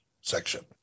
section